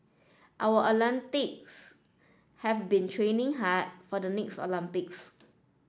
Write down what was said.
our have been training hard for the next Olympics